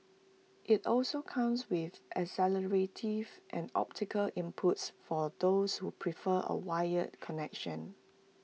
IT also comes with and optical inputs for those who prefer A wired connection